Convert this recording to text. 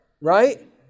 Right